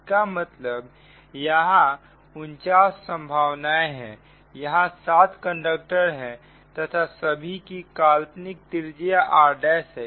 इसका मतलब यहां 49 संभावनाएं हैं यहां 7 कंडक्टर है तथा सभी की काल्पनिक त्रिज्या r' है